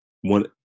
one